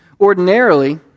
Ordinarily